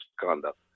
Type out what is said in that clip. conduct